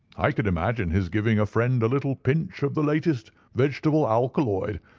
i could imagine his giving a friend a little pinch of the latest vegetable alkaloid,